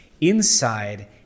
inside